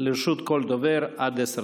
לרשות כל דובר עד עשר דקות.